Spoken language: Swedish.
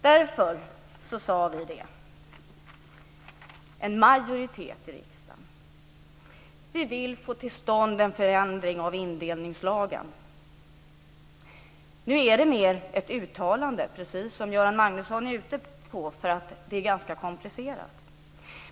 Därför sade vi - en majoritet i riksdagen - att vi vill få till stånd en förändring av indelningslagen. Nu är det mer ett uttalande, precis som Göran Magnusson är inne på, därför att det är ganska komplicerat.